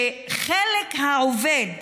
שחלק העובד